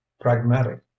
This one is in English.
pragmatic